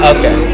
Okay